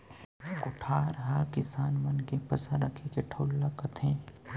कोठार हकिसान मन के फसल रखे के ठउर ल कथें